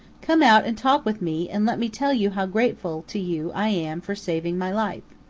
come out and talk with me and let me tell you how grateful to you i am for saving my life.